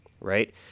right